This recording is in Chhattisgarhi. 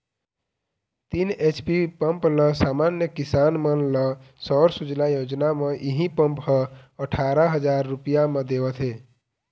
तीन एच.पी पंप ल समान्य किसान मन ल सौर सूजला योजना म इहीं पंप ह अठारा हजार रूपिया म देवत हे